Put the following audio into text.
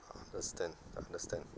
understand understand